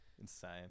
Insane